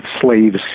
slaves